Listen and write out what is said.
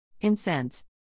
Incense